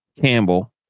Campbell